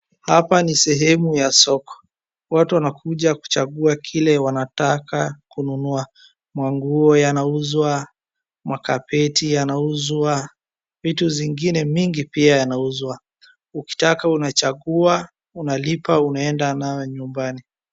Hapa ni sehemu ya soko. Watu wanakuja kuchagua kile wanataka kununua. Manguo yanauzwa, makapeti yanauzwa, vitu zingine mingi pia yanauzwa. Ukitaka unachagua unalipa unaenda nayo nyumbani.